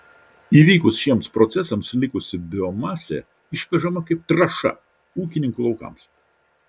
įvykus šiems procesams likusi biomasė išvežama kaip trąša ūkininkų laukams